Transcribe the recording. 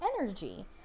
energy